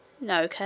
No